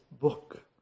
book